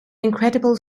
incredible